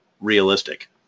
realistic